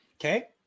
Okay